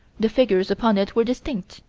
the figures upon it were distinct,